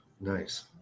Nice